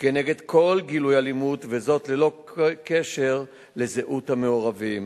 כנגד כל גילוי אלימות, ללא כל קשר לזהות המעורבים.